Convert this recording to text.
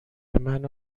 منو